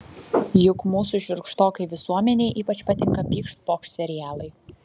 juk mūsų šiurkštokai visuomenei ypač patinka pykšt pokšt serialai